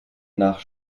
nach